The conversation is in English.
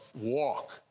walk